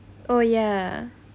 oh ya